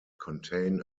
contain